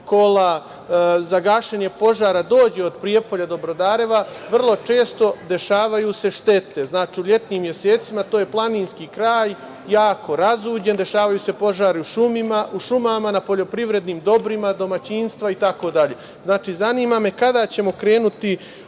kola za gašenje požara dođe od Prijepolja do Brodareva vrlo često dešavaju se štete. U letnjim mesecima to je planinski kraj jako razuđen dešavaju se požari u šumama, na poljoprivrednim dobrima, domaćinstva itd. Zanima me kada ćemo krenuti